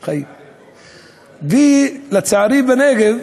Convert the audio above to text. לצערי, בנגב,